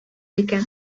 икән